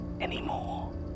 anymore